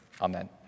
amen